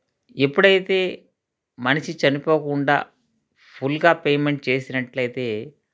ఎప్పుడైతే మనిషి చనిపోకుండా ఫుల్గా పేమెంట్ చేసినట్లయితే